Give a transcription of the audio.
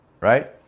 right